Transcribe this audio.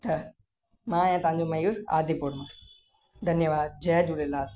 त मां आहियां तव्हां मयूर आदिपुर मां धन्यवाद जय झूलेलाल